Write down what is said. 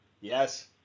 Yes